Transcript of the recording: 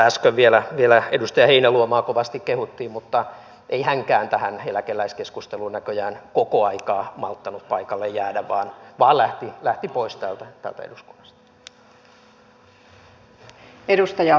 äsken vielä edustaja heinäluomaa kovasti kehuttiin mutta ei hänkään tähän eläkeläiskeskusteluun näköjään koko aikaa malttanut paikalle jäädä vaan lähti pois täältä eduskunnasta